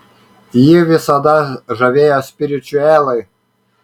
jį visada žavėjo spiričiuelai